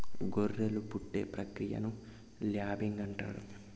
గొర్రెలు పుట్టే ప్రక్రియను ల్యాంబింగ్ అంటారు